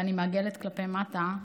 ואני מעגלת כלפי מטה,